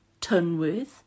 Tunworth